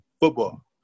Football